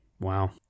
Wow